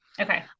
Okay